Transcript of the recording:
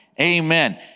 Amen